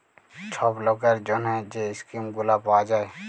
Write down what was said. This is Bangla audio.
ছব লকের জ্যনহে যে ইস্কিম গুলা পাউয়া যায়